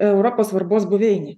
europos svarbos buveinė